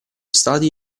stati